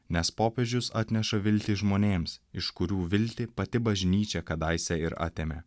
nes popiežius atneša viltį žmonėms iš kurių viltį pati bažnyčia kadaise ir atėmė